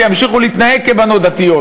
וימשיכו להתנהג כבנות דתיות,